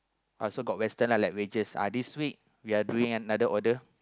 I also got Western lah like wedges uh this week we are doing another order